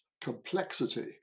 complexity